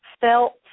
felt